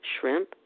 shrimp